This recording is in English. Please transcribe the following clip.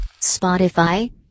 spotify